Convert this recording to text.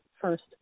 first